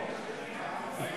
נכון.